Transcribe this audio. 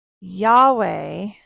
Yahweh